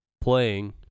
playing